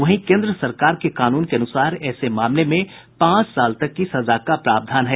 वहीं केन्द्र सरकार के कानून के अनुसार ऐसे मामले में पांच साल तक की सजा का प्रावधान है